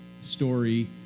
story